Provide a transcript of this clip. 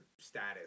status